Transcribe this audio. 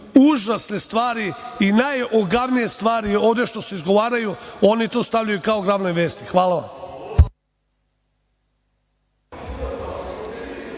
užasne stvari i najogavnije stvari ovde što se izgovaraju oni to stavljaju kao glavne vesti. Hvala vam.